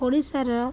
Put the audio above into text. ଓଡ଼ିଶାର